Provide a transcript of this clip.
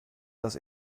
dass